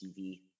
TV